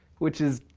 which is.